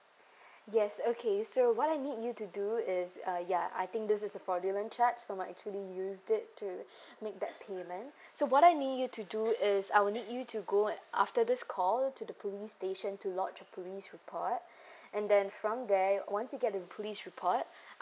yes okay so what I need you to do is uh ya I think this is a fraudulent charge someone actually used it to make that payment so what I need you to do is I will need you to go after this call to the police station to lodge a police report and then from there I want you get a police report